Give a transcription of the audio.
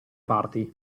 parti